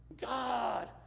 God